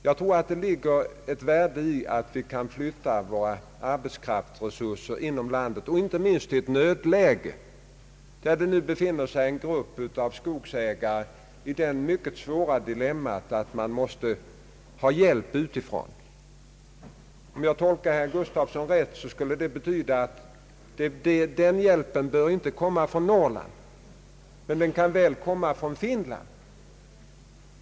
Jag tror att det ligger ett värde i att vi kan flytta våra arbetskraftsresurser inom landet, inte minst i ett nödläge som när nu en grupp skogsägare befinner sig i det svåra dilemmat att man måste ha hjälp utifrån. Om jag tolkar herr Gustafssons resonemang rätt, skulle det betyda att den hjälpen inte bör komma från Norrland men att den väl kan komma från Finland.